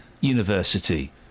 University